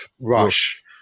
Rush